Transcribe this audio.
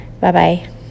Bye-bye